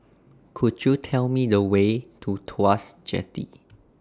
Could YOU Tell Me The Way to Tuas Jetty